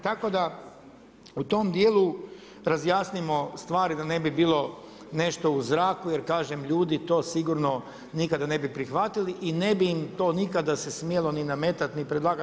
Tako da u tom dijelu razjasnimo stvari da ne bi bilo nešto u zraku jer kažem ljudi to sigurno nikada ne bi prihvatili i ne bi im to nikada se smjelo ni nametat ni predlagat.